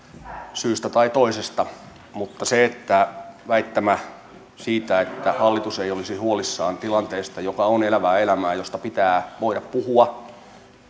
syystä tai toisesta mutta väittämä siitä että hallitus ei olisi huolissaan tilanteesta joka on elävää elämää josta pitää voida puhua